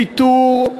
ויתור,